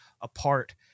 apart